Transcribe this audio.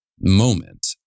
moment